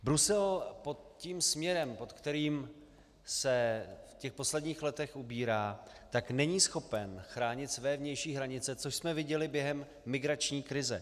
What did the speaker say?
Brusel pod tím směrem, pod kterým se v posledních letech ubírá, není schopen chránit své vnější hranice, což jsme viděli během migrační krize.